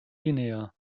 guinea